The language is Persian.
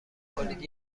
کنید